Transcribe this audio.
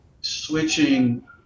switching